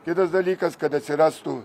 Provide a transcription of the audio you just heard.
kitas dalykas kad atsirastų